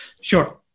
Sure